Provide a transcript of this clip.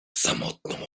samotną